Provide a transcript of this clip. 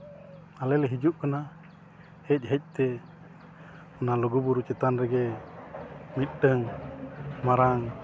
ᱟᱞᱮ ᱞᱮ ᱦᱤᱡᱩᱜ ᱠᱟᱱᱟ ᱦᱮᱡ ᱦᱮᱡᱛᱮ ᱚᱱᱟ ᱞᱩᱜᱩᱼᱵᱩᱨᱩ ᱪᱮᱛᱟᱱ ᱨᱮᱜᱮ ᱢᱤᱫᱴᱟᱹᱝ ᱢᱟᱨᱟᱝ